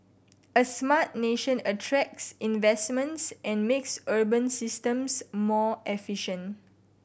a smart nation attracts investments and makes urban systems more efficient